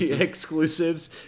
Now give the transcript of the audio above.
exclusives